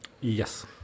Yes